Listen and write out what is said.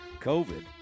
COVID